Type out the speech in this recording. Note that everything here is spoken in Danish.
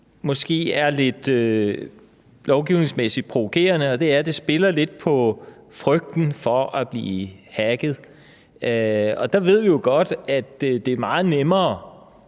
måske også er lidt provokerende, og det er, at det spiller lidt på frygten for at blive hacket. Og der ved vi jo godt, at det er meget nemmere